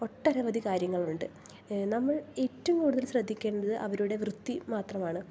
ഒട്ടനവധി കാര്യങ്ങളുണ്ട് നമ്മൾ ഏറ്റവും കൂടുതൽ ശ്രദ്ധിക്കേണ്ടത് അവരുടെ വൃത്തി മാത്രമാണ്